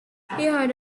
heard